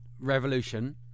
revolution